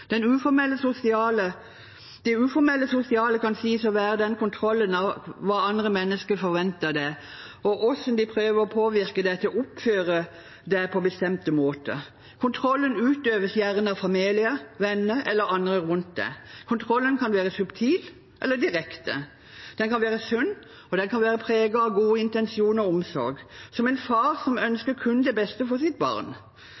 Det uformelt sosiale kan sies å være kontrollen av hva andre mennesker forventer, og hvordan de prøver å påvirke deg til å oppføre deg på en bestemt måte. Kontrollen utøves gjerne av familie, venner eller andre rundt deg. Kontrollen kan være subtil eller direkte, den kan være sunn og preget av gode intensjoner og omsorg, som en far som